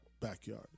backyard